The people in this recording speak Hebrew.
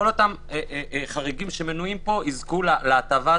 כל החריגים שמנויים פה יזכו להטבה הזאת,